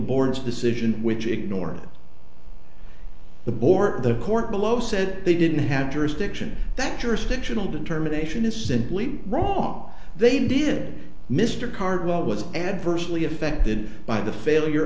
board's decision which ignores it the bor the court below said they didn't have jurisdiction that jurisdictional determination is simply wrong they did mr cardwell was adversely affected by the failure